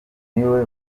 niwe